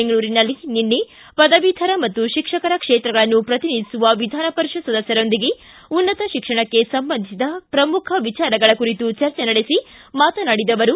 ಬೆಂಗಳೂರಿನಲ್ಲಿ ನಿನ್ನೆ ಪದವೀಧರ ಮತ್ತು ಶಿಕ್ಷಕರ ಕ್ಷೇತ್ರಗಳನ್ನು ಪ್ರತಿನಿಧಿಸುವ ವಿಧಾನಪರಿಷತ್ ಸದಸ್ಕರೊಂದಿಗೆ ಉನ್ನತ ಶಿಕ್ಷಣಕ್ಕೆ ಸಂಬಂಧಿಸಿದ ಪ್ರಮುಖ ವಿಚಾರಗಳ ಕುರಿತು ಚರ್ಚೆ ನಡೆಸಿ ಮಾತನಾಡಿದ ಅವರು